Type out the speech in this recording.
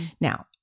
Now